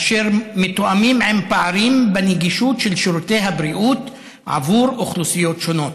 אשר מותאמים לפערים בנגישות של שירותי הבריאות עבור אוכלוסיות שונות.